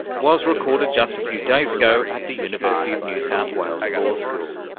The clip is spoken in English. was recorded just a few days ago at the university of new south wales law school.